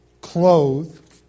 clothed